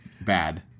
Bad